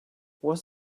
was